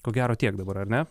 ko gero tiek dabar ar ne